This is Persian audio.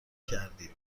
کردید